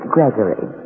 Gregory